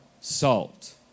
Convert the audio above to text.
salt